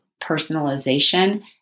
personalization